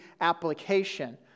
application